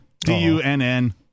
D-U-N-N